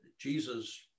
Jesus